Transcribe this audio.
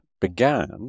began